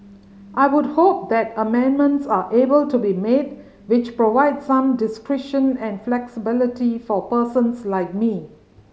I would hope that amendments are able to be made which provide some discretion and flexibility for persons like me